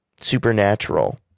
supernatural